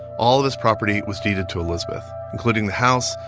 all of this property was deeded to elizabeth, including the house,